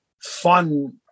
fun